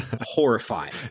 horrifying